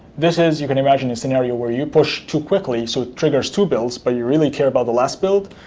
this is, you can imagine a scenario, where you push too quickly, so it triggers two builds, but you really care about the last build.